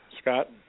scott